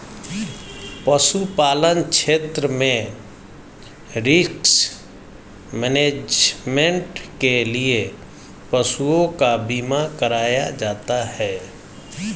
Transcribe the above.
पशुपालन क्षेत्र में रिस्क मैनेजमेंट के लिए पशुओं का बीमा कराया जाता है